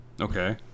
Okay